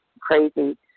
crazy